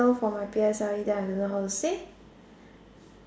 low for my P_S_L_E then I don't know how to say